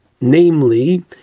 namely